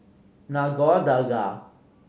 Nagore Dargah